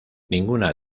ninguna